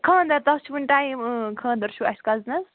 خانٛدر تَتھ چھُ وٕنہِ ٹایِم خانٛدر چھُ اَسہِ کزنس